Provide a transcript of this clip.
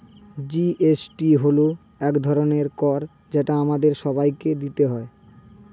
GST হল এক ধরনের কর যেটা আমাদের সবাইকে দিতে হয়